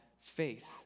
faith